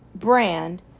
brand